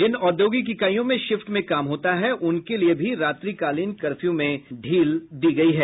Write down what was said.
जिन औद्योगिक इकाइयों में शिफ्ट में काम होता है उनके लिए भी रात्रिकालीन कर्फ्यू में ढील दी गई है